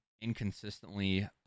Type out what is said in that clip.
inconsistently